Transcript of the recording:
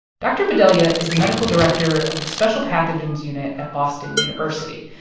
dr. bhadelia is the medical director of the special pathogens unit at boston university,